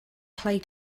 clay